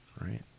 right